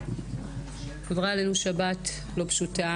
עברה עלינו שבת לא פשוטה